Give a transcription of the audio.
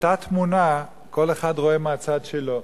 ואותה התמונה כל אחד רואה מהצד שלו.